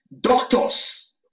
Doctors